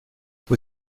vous